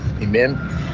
Amen